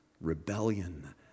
rebellion